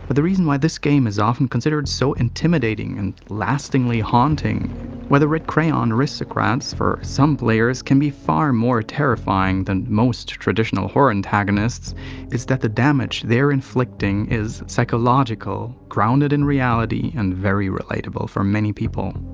but the reason why this game is often considered so intimidating and lastingly haunting why the red crayon aristocrats, for some players, can be far more terrifying than most traditional horror antagonists is that the damage they're inflicting is psychological, grounded in reality and very relatable for many people.